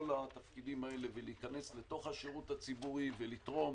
התפקידים האלה לתוך השירות הציבורי כדי לתרום.